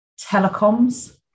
telecoms